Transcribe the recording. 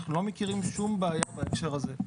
אנחנו לא מכירים שום בעיה בהקשר הזה.